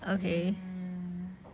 mm